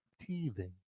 teething